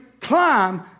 climb